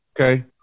Okay